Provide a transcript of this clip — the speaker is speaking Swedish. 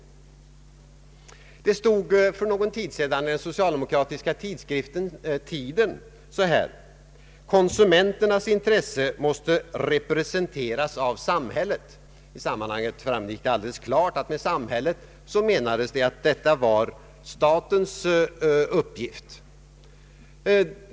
För någon tid sedan stod följande att läsa i den socialdemokratiska tidskriften Tiden: ”Konsumenternas intressen måste representeras av samhället.” I sammanhanget framgick det alldeles klart att med samhället menades staten.